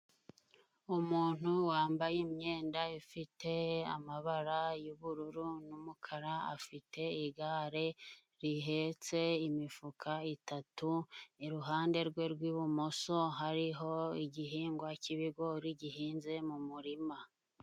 Umuntu wambaye imyenda ifite amabara y'ubururu n'umukara, afite igare rihetse imifuka itatu, iruhande rwe rw'ibumoso hariho igihingwa k'ibigori gihinze mu murima.